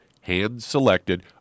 hand-selected